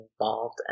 involved